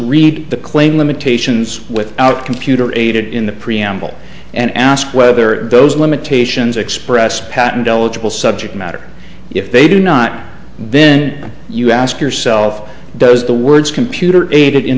read the claim limitations without computer aided in the preamble and ask whether those limitations express patent eligible subject matter if they do not then you ask yourself does the words computer aided in